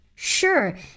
Sure